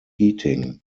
heating